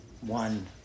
one